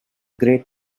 great